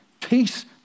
Peace